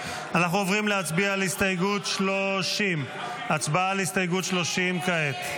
עוברים להצביע על הסתייגות 30. הצבעה על הסתייגות 30 כעת.